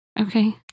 Okay